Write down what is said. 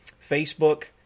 Facebook